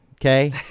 okay